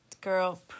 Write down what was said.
Girl